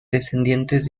descendientes